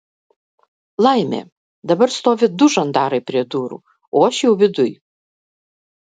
laimė dabar stovi du žandarai prie durų o aš jau viduj